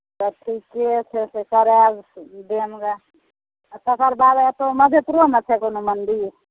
तऽ ठिके छै तऽ करै दिऔन गे तकर बाद एतहु मधेपुरोमे छै कोनो मन्दिर